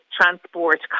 transport